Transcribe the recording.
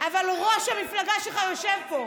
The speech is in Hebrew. אבל ראש המפלגה שלך יושב פה.